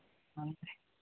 ᱦᱚᱸ